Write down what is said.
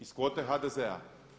Iz kvote HDZ-a.